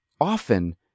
often